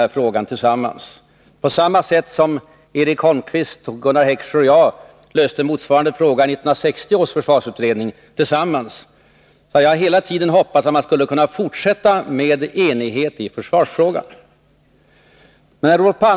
Jag har hela tiden hoppats att vi på samma sätt som Eric Holmkvist, Gunnar Heckscher och jag tillsammans löste motsvarande fråga i 1960 års försvarsutredning skulle kunna fortsätta med enighet i försvarsfrågan.